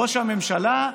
ראש הממשלה,